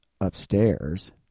upstairs